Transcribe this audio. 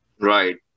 Right